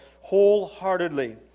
wholeheartedly